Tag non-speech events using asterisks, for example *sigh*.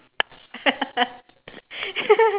*laughs*